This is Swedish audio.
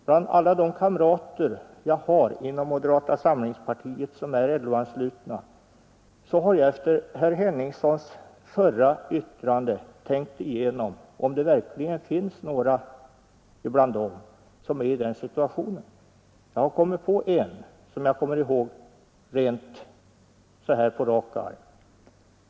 Efter herr Henningssons förra yttrande har jag tänkt igenom om det verkligen finns några som är i den situationen bland alla de kamrater jag har inom moderata samlingspartiet som är LO-anslutna. Jag har kommit på en på rak arm.